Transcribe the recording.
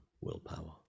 willpower